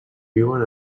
viuen